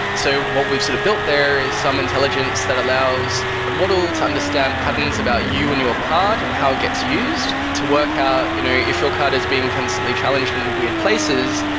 so what we've sort of built there is some intelligence that allows the model to understand patterns about you and your card and how it gets used. to work how you know if your card is being consistently challenged in weird places,